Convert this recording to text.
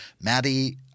Maddie